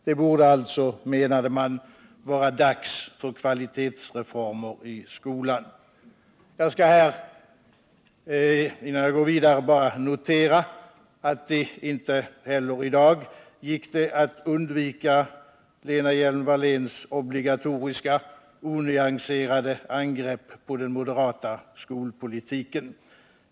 Det borde alltså, menade man, vara dags för kvalitetsreformer i skolan. Innan jag går vidare skall jag bara notera att det inte heller i dag gick att undvika Lena Hjelm-Walléns obligatoriska onyanserade angrepp på den moderata skolpolitiken.